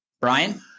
Brian